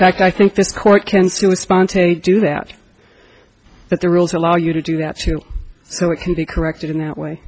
fact i think this court can seem spontaneous do that but the rules allow you to do that too so it can be corrected in that way